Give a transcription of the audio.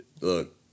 look